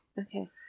okay